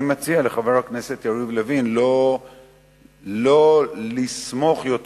אני מציע לחבר הכנסת יריב לוין שלא לסמוך יותר